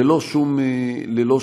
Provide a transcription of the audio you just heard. ללא שום מגבלות.